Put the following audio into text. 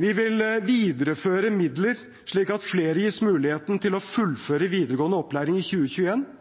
Vi vil videreføre midler slik at flere gis mulighet til å fullføre videregående opplæring i